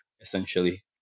essentially